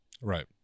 Right